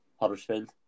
Huddersfield